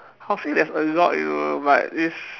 I will say there's a lot you know but it's